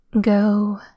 Go